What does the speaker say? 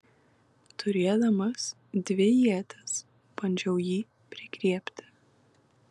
turėdamas dvi ietis bandžiau jį prigriebti